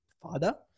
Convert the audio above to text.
father